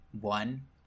one